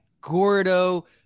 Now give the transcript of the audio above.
Gordo